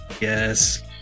yes